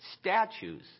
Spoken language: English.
statues